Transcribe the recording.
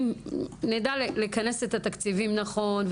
אם נדע לכנס את התקציבים נכון,